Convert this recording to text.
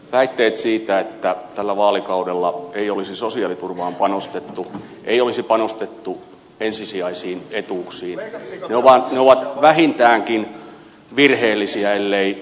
väitteet siitä että tällä vaalikaudella ei olisi sosiaaliturvaan panostettu ei olisi panostettu ensisijaisiin etuuksiin ovat vähintäänkin virheellisiä elleivät muunneltua totuutta